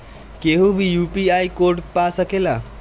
केहू भी UPI code पा सकेला?